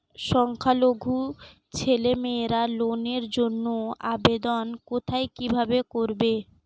সংখ্যালঘু ছেলেমেয়েরা লোনের জন্য আবেদন কোথায় কিভাবে করবে?